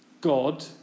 God